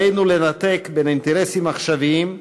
עלינו לנתק אינטרסים עכשוויים,